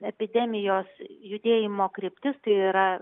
epidemijos judėjimo kryptis tai yra